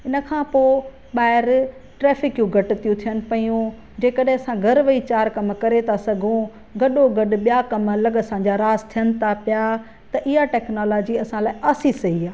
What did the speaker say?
उन खां पोइ ॿाहिरि ट्रैफिकियूं घटि थीयूं थियन पियूं जे कॾहिं असां घरु वेही चारि कमु करे था सघूं गॾो गॾु ॿिया कमु अलॻि सां जा रास थियन था पिया त इहे टैक्नोलॉजी असां लाइ असी सही आहे